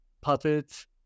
puppets